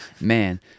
man